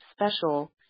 special